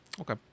Okay